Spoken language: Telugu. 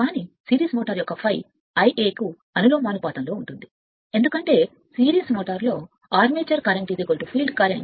కానీ సిరీస్ యంత్ర సాధనము యొక్క ∅ Ia కు అనులోమానుపాతంలో ఉంటుంది ఎందుకంటే కానీ సిరీస్ యంత్ర సాధనము లో ఆర్మేచర్ కరెంట్ ఫీల్డ్ కరెంట్